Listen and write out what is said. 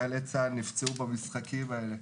חיילי צה"ל נפצעו במשחקים האלה.